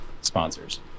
sponsors